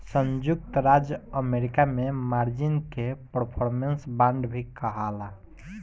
संयुक्त राज्य अमेरिका में मार्जिन के परफॉर्मेंस बांड भी कहाला